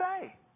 say